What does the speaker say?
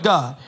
God